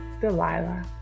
Delilah